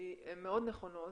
הן מאוד נכונות,